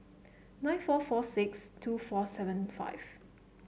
nine four four six two four seven five